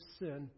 sin